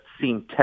seem